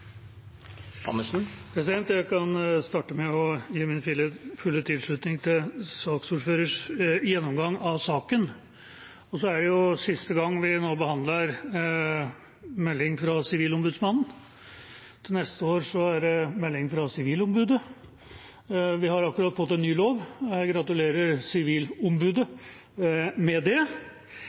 Jeg vil starte med å gi min fulle tilslutning til saksordførerens gjennomgang av saken. Dette er jo siste gang vi behandler en melding fra Sivilombudsmannen. Neste år er det melding fra Sivilombudet. Vi har akkurat fått en ny lov, og jeg gratulerer Sivilombudet med det.